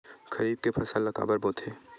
खरीफ के फसल ला काबर बोथे?